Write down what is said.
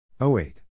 08